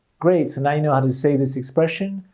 great. know you know how to say this expression.